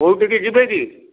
କୋଉଠିକି ଯିବେ କି